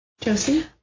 Josie